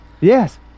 yes